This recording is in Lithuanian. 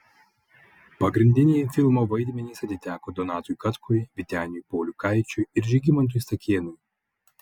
pagrindiniai filmo vaidmenys atiteko donatui katkui vyteniui pauliukaičiui ir žygimantui stakėnui